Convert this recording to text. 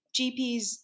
GPs